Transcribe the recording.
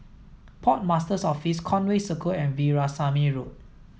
Port Master's Office Conway Circle and Veerasamy Road